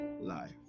life